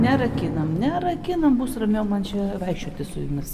nerakinam nerakinam bus ramiau man čia vaikščioti su jumis